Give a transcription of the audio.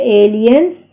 aliens